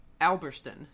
Alberston